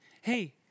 Hey